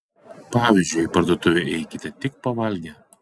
pavyzdžiui į parduotuvę eikite tik pavalgę